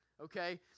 Okay